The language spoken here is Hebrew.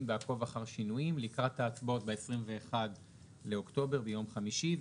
בעקוב אחר שינויים לקראת ההצבעות ב-21 באוקטובר ביום חמישי.